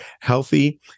healthy